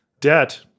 debt